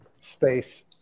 space